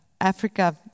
Africa